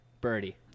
birdie